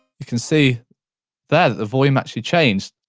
you can see there the volume actually changed.